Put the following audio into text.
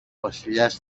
βασιλιάς